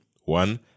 one